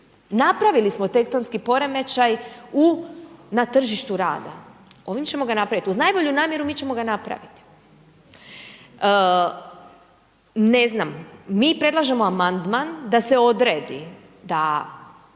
Napravili smo tektonski poremećaj na tržištu rada, ovim ćemo ga napraviti, uz najbolju namjeru mi ćemo ga napraviti. Ne znam, mi predlažemo amandman da se odredi, da